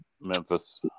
Memphis